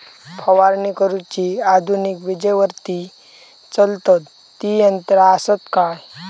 फवारणी करुची आधुनिक विजेवरती चलतत ती यंत्रा आसत काय?